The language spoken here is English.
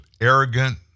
arrogant